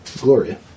Gloria